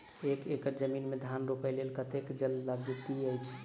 एक एकड़ जमीन मे धान रोपय लेल कतेक जल लागति अछि?